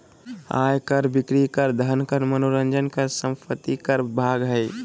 आय कर, बिक्री कर, धन कर, मनोरंजन कर, संपत्ति कर भाग हइ